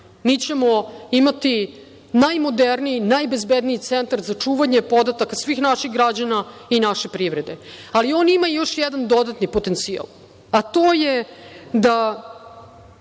ćemo imati najmoderniji i najbezbedniji centar za čuvanje podataka svih naših građana i naše privrede, ali on ima još jedan dodatni potencijal, a to je da